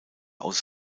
aus